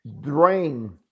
drain